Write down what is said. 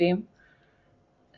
ששותפים בה